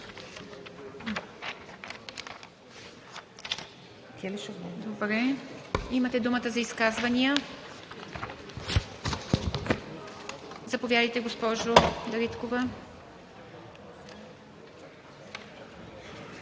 § 2. Имате думата за изказвания. Заповядайте, госпожо Дариткова.